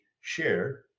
share